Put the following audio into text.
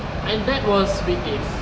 and that was weekdays